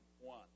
one